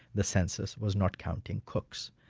the census was not counting cooks,